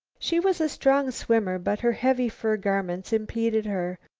she was a strong swimmer, but her heavy fur garments impeded her.